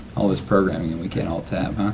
all this programming and we can't alt tab.